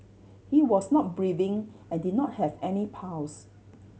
he was not breathing and did not have any pulse